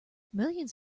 millions